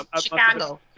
Chicago